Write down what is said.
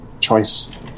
choice